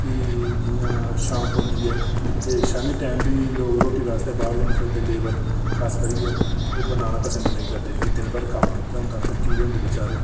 भी जि'यां शाम पौंदी ऐ ते शामीं बेल्लै बी लोक बाहर निकलदे न लेबर खास करियै ओह् बनाना नेईं पसंद करदे न फ्ही दिन भर कम्म कीते दा होंदा थक्की दे होंदे बचैरे